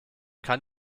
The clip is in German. kann